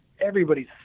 everybody's